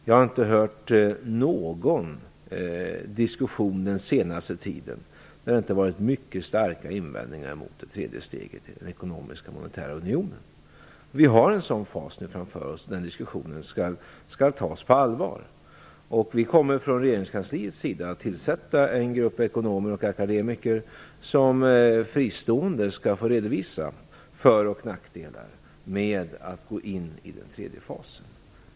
Jag har inte hört någon diskussion den senaste tiden där det inte funnits mycket starka invändningar mot det tredje steget i den ekonomiska monetära unionen. Vi har en sådan fas framför oss när diskussionen skall tas på allvar. Vi kommer från regeringskansliet att tillsätta en grupp ekonomer och akademiker som fristående skall få redovisa för och nackdelar med att gå in i den tredje fasen.